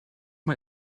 man